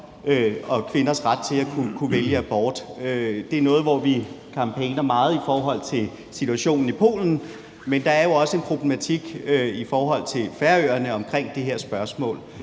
og kvinders ret til at kunne vælge abort. Det er noget, hvor vi campaigner meget i forhold til situationen i Polen, men der er jo også en problematik i forhold til Færøerne omkring det her spørgsmål.